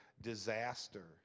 disaster